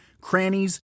crannies